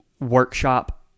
workshop